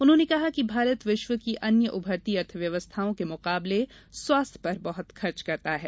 उन्हों ने कहा कि भारत विश्व की अन्य उभरती अर्थव्य्वस्थाओं के मुकाबले स्वास्थ्य पर बहुत खर्च करता है